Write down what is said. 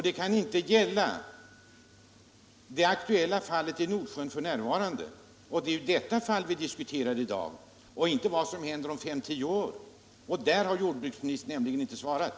Den kan inte gälla det aktuella fallet i Nordsjön. Det är ju detta fall vi diskuterar i dag, inte vad som händer om femtio år. På den punkten har jordbruksministern ännu inte svarat.